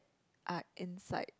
are inside